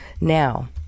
Now